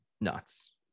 nuts